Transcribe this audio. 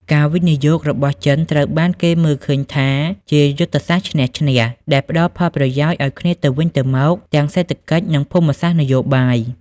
ការវិនិយោគរបស់ចិនត្រូវបានគេមើលឃើញថាជាយុទ្ធសាស្ត្រ "ឈ្នះ-ឈ្នះ" ដែលផ្ដល់ផលប្រយោជន៍ឱ្យគ្នាទៅវិញទៅមកទាំងសេដ្ឋកិច្ច និងភូមិសាស្ត្រនយោបាយ។